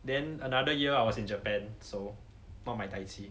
then another year I was in japan so not my dai ji